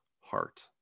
heart